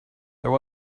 there